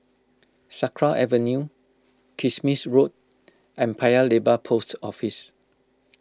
Sakra Avenue Kismis Road and Paya Lebar Post Office